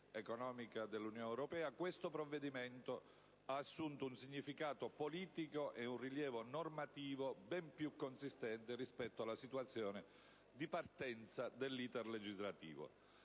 economica dell'Unione europea, questo provvedimento ha assunto un significato politico e un rilievo normativo ben più consistente rispetto alla situazione di partenza dell'*iter* legislativo.